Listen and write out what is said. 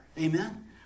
Amen